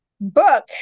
book